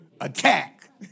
attack